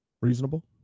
Reasonable